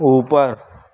اوپر